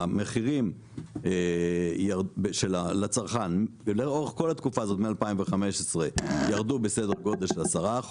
המחירים לצרכן לאורך כל התקופה הזאת מ-2015 ירדו בסדר גודל של 10%,